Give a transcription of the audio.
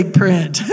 print